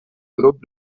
grup